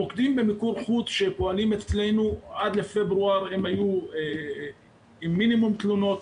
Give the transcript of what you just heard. המוקדים במיקור חוץ שפועלים אצלנו עד לפברואר היו עם מינימום תלונות,